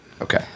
Okay